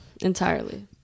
entirely